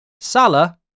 Salah